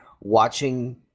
watching